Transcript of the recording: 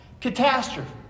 catastrophe